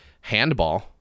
Handball